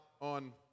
on